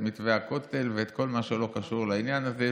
מתווה הכותל ואת כל מה שלא קשור לעניין הזה.